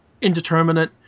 indeterminate